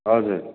हजुर